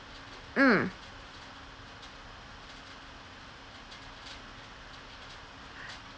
mm